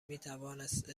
میتوانست